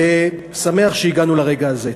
אני שמח שהגענו לרגע הזה.